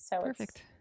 Perfect